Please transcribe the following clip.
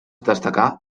destaca